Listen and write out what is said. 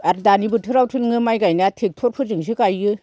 आर दानि बोथोरावथ' नों माइ गायनाया ट्रेकटर फोरजोंसो गायो